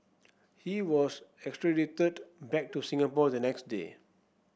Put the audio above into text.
he was extradited back to Singapore the next day